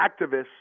activists